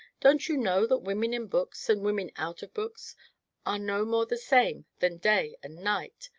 don't you know that women in books and women out of books are no more the same than day and night,